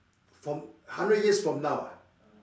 from hundred years from now ah